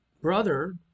brother